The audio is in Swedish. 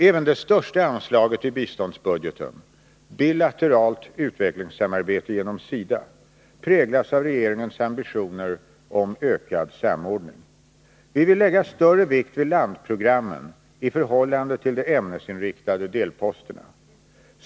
Även det största anslaget i biståndsbudgeten, Bilateralt utvecklingssamarbete genom SIDA, präglas av regeringens ambitioner om ökad samordning. Vi vill lägga större vikt vid landprogrammen i förhållande till de ämnesinriktade delposterna.